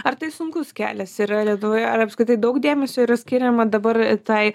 ar tai sunkus kelias yra lietuvoje ar apskritai daug dėmesio yra skiriama dabar tai